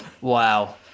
wow